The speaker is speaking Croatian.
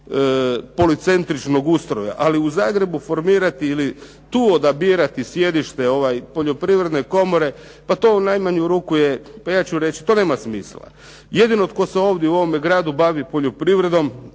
policentričnog ustroja, ali u Zagrebu formirati ili tu odabirati sjedište Poljoprivredne komore pa to u najmanju ruku je, ja ću reći to nema smisla. Jedino tko se ovdje u ovome gradu bavi poljoprivredom,